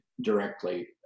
directly